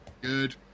good